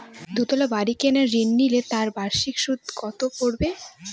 দুতলা বাড়ী কেনার ঋণ নিলে তার বার্ষিক সুদ কত পড়বে?